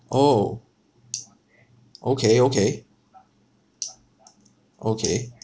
orh okay okay okay